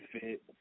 fit